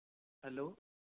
hello